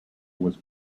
was